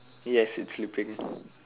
yes it's sleeping